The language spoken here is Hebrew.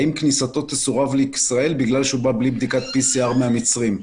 האם כניסתו לישראל תסורב בגלל שהוא בא בלי בדיקת PCR מן המצרים?